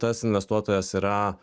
tas investuotojas yra